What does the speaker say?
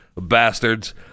bastards